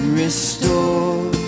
restore